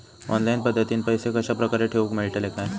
Online पद्धतीन पैसे कश्या प्रकारे ठेऊक मेळतले काय?